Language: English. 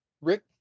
Rick